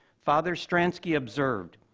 father stransky observed,